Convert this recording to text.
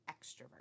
extrovert